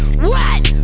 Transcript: wet!